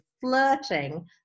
flirting